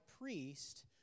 priest